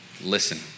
listen